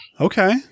Okay